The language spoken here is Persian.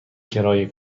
کرایه